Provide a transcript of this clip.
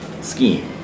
scheme